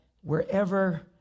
wherever